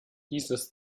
dieses